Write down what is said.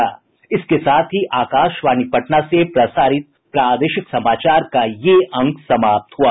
इसके साथ ही आकाशवाणी पटना से प्रसारित प्रादेशिक समाचार का ये अंक समाप्त हुआ